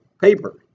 paper